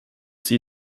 sie